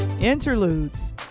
interludes